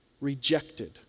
rejected